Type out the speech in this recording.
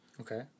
Okay